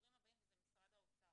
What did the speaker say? לדוברים הבאים וזה משרד האוצר.